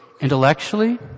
Intellectually